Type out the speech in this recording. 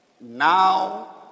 Now